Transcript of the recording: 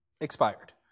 expired